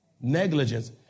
Negligence